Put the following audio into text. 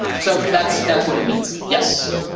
so that's that's what it means. yes.